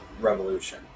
Revolution